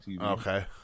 Okay